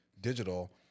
digital